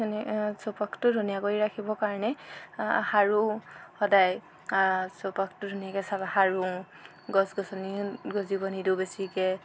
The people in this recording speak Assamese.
এনে চৌপাশটো ধুনীয়া কৰি ৰাখিবৰ কাৰণে সাৰু সদাই চৌপাশটো ধুনীয়াকৈ চফা সাৰু গছ গছনি গজিব নিদো বেছিকৈ